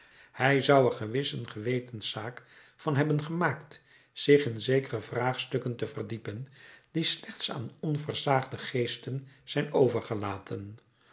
hij zou er gewis een gewetenszaak van hebben gemaakt zich in zekere vraagstukken te verdiepen die slechts aan onversaagde geesten zijn overgelaten